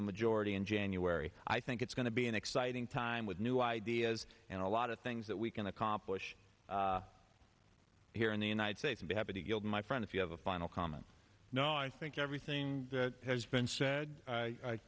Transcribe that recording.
the majority in january i think it's going to be an exciting time with new ideas and a lot of things that we can accomplish here in the united states be happy to gild my friend if you have a final comment no i think everything has been said i